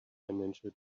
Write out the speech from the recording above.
financial